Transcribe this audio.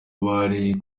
bari